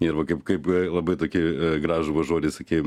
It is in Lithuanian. ir va kaip kaip labai tokį gražų va žodį sakei